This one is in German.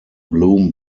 blume